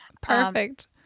perfect